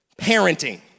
Parenting